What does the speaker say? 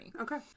Okay